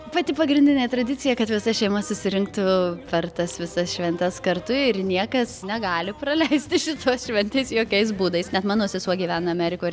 pati pagrindinė tradicija kad visa šeima susirinktų per tas visas šventes kartu ir niekas negali praleisti šitos šventės jokiais būdais net mano sesuo gyvena amerikoj ir